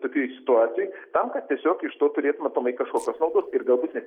tokioj situacijoje tam kad tiesiog iš to turėtume aplamai kažkokios naudos ir galbūt net